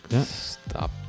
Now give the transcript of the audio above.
Stop